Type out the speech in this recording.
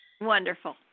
Wonderful